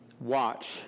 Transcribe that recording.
Watch